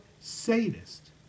sadist